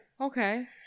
Okay